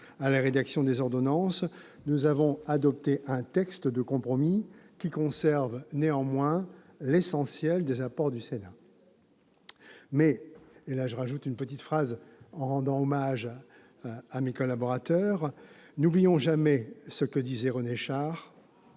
à la rédaction des ordonnances, nous avons adopté un texte de compromis, qui conserve néanmoins l'essentiel des apports du Sénat. Toutefois, et c'est l'occasion pour moi de rendre hommage à mes collaborateurs, n'oublions jamais ce que disait René Char